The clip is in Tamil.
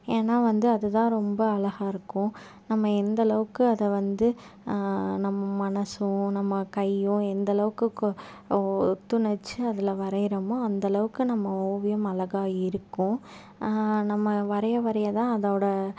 ஏன்னா வந்து அது தான் ரொம்ப அழகாக இருக்கும் நம்ம எந்த அளவுக்கு அதை வந்து நம்ம மனதும் நம்ம கையும் எந்த அளவுக்கு ஒத்துழைத்து அதில் வரைகிறமோ அந்த அளவுக்கு நம்ம ஓவியம் அழகாக இருக்கும் நம்ம வரைய வரைய தான் அதோடய